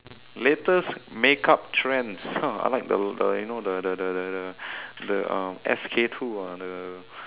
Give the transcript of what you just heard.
latest makeup trend I like the the you know the the the the the the um S_K two ah the